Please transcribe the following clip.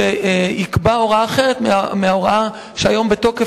שיקבע הוראה אחרת מההוראה שהיום בתוקף,